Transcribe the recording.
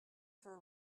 for